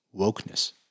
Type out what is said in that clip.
wokeness